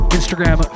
instagram